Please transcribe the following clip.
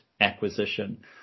acquisition